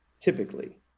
Typically